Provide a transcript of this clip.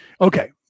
Okay